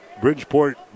Bridgeport